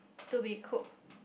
to be cooked